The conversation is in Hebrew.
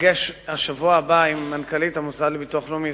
אפגש בשבוע הבא עם מנכ"לית הביטוח הלאומי,